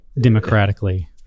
democratically